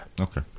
Okay